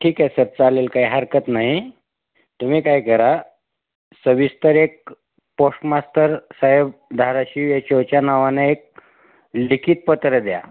ठीके सर चालेल काही हरकत नाही तुम्ही काय करा सविस्तर एक पोस्ट मास्टर साहेब धाराशिव याच्या नावाने एक लिखित पत्र द्या